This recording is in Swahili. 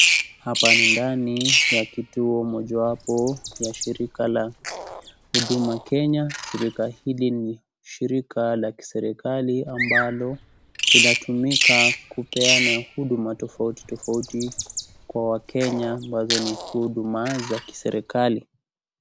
Hapa ni ndani ya kituo mojawapo ya shirika la huduma Kenya .Shirika hili ni shirika la kiserikali ambalo linatumika kupeana huduma tofauti tofauti kwa wakenya ambazo hizo ni huduma za kiserikali.